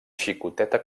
xicoteta